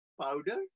powder